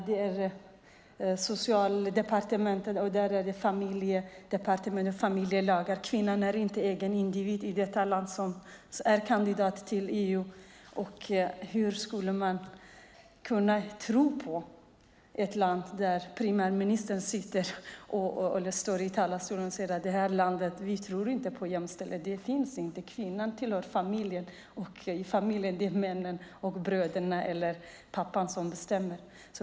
På socialdepartementet som där är familjedepartementet handlar det om familjelagar. Kvinnan är inte en egen individ i detta land som är kandidat till EU. Hur ska man kunna tro ett land där premiärministern i talarstolen säger att vi i det här landet inte tror på jämställdhet? Det finns inte. Kvinnan tillhör familjen. Familjen är männen. Det är bröderna eller pappan som bestämmer.